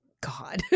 God